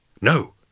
No